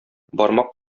бармак